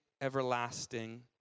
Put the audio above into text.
everlasting